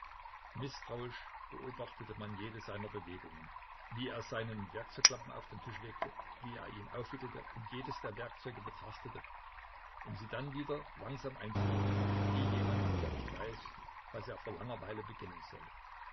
mißtrauisch beobachtete man jede seiner bewegungen wie er seine werkzeuglappen auf den tisch legte wie er ihn aufwickelte und jedes der werkzeuge betrachtete um sie dann wieder langsam einzuhüllen wie jemand der nicht weiß was er vor langerweile beginnen soll